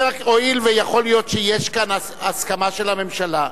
הואיל ויכול להיות שיש כאן הסכמה של הממשלה,